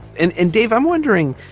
and and dave, i'm wondering.